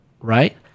right